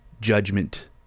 judgment